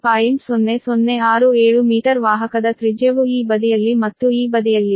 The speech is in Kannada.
0067 ಮೀಟರ್ ವಾಹಕದ ತ್ರಿಜ್ಯವು ಈ ಬದಿಯಲ್ಲಿ ಮತ್ತು ಈ ಬದಿಯಲ್ಲಿದೆ